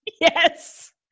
Yes